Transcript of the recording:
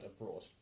abroad